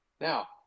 Now